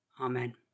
Amen